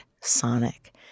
sonic